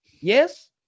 Yes